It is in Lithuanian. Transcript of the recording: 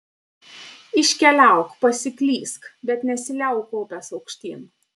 iškeliauk pasiklysk bet nesiliauk kopęs aukštyn